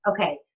Okay